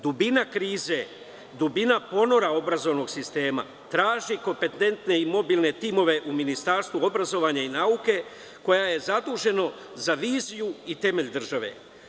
Dubina krize, dubina ponora obrazovnog sistema traži kompetentne i mobilne timove u Ministarstvu obrazovanja i nauke, koje je zaduženo za viziju i temelj države.